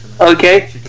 Okay